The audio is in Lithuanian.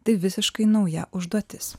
tai visiškai nauja užduotis